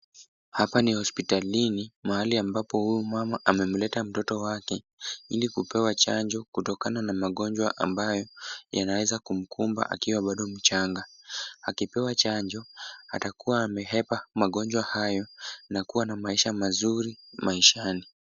Hapa ni hospitalini, mahali ambapo huyu mama amemleta mtoto wake. Ili kupewa chanjo kutokana na magonjwa ambayo yanaweza kumkumba akiwa bado mchanga. Akipewa chanjo, atakuwa amehepa magonjwa hayo na kuwa na maisha mazuri maishani.